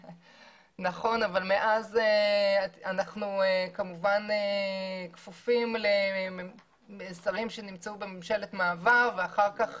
אבל מאז אנחנו כפופים לשרים שנמצאו בממשלת מעבר ואחר כך